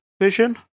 Vision